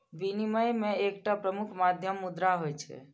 विनिमय के एकटा प्रमुख माध्यम मुद्रा होइ छै